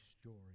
story